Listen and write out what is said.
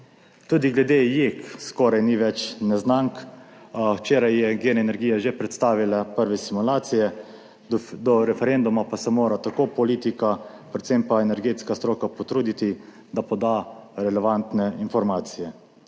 Tudi glede JEK skoraj ni več neznank. Včeraj je GEN energija že predstavila prve simulacije, do referenduma pa se mora tako politika, predvsem pa energetska stroka potruditi, da poda relevantne informacije.